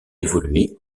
évolué